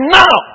now